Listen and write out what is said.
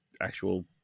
actual